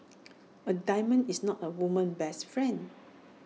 A diamond is not A woman's best friend